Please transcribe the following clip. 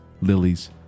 lilies